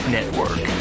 Network